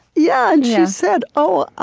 yeah and she said, oh,